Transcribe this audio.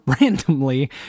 randomly